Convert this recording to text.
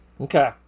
Okay